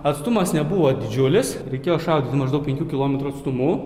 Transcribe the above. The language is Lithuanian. atstumas nebuvo didžiulis reikėjo šaudyti maždaug penkių kilometrų atstumu